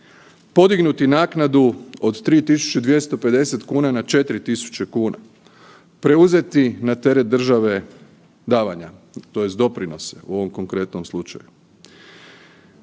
Podignuti naknadu od 3.250,00 kn na 4.000,00 kn, preuzeti na teret države davanja tj. doprinose u ovom konkretnom slučaju.